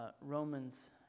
Romans